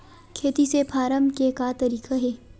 खेती से फारम के का तरीका हे?